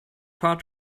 far